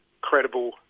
credible